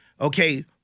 okay